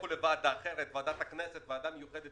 לכו לוועדה אחרת ועדת הכנסת או ועדה מיוחדת